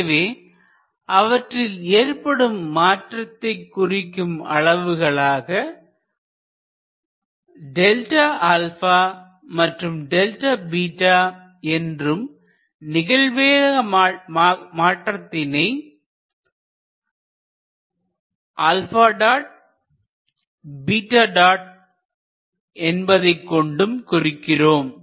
எனவே அவற்றின் ஏற்படும் மாற்றத்தை குறிக்கும் அளவுகளாக Δα மற்றும் Δβ என்றும் நிகழ்வேக மாற்றத்தினை என்பதைக் கொண்டும் குறிக்கிறோம்